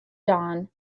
dawn